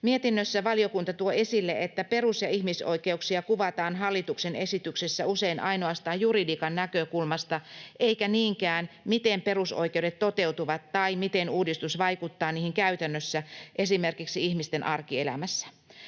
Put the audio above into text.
Mietinnössä valiokunta tuo esille, että perus- ja ihmisoikeuksia kuvataan hallituksen esityksessä usein ainoastaan juridiikan näkökulmasta, eikä niinkään, miten perusoikeudet toteutuvat tai miten uudistus vaikuttaa niihin käytännössä esimerkiksi ihmisten arkielämässä.